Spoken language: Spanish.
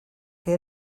que